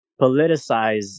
politicize